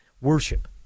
worship